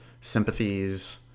sympathies